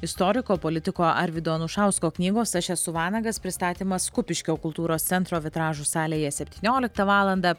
istoriko politiko arvydo anušausko knygos aš esu vanagas pristatymas kupiškio kultūros centro vitražų salėje septynioliktą valandą